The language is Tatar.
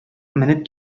менеп